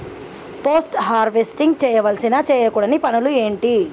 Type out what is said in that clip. Post harvesting చేయవలసిన చేయకూడని పనులు ఏంటి?